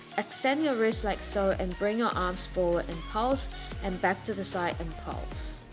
extend your wrist like so and bring your arms forward and pulse and back to the side and pulse.